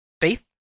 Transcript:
faith